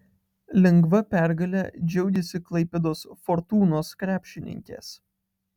lengva pergale džiaugėsi klaipėdos fortūnos krepšininkės